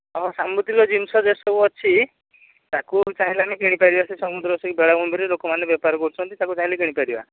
ଆଉ ସାମୁଦ୍ରିକ ଜିନିଷ ଯେତେ ସବୁ ଅଛି ତାକୁ ଚାହିଁଲେ ଆମେ କିଣି ପାରିବା ସେ ସମୁଦ୍ର ସେହି ବେଳାଭୂମିରେ ଲୋକମାନେ ବେପାର କରୁଛନ୍ତି ତାକୁ ଚାହିଁଲେ କିଣିପାରିବା